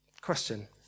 question